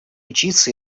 учиться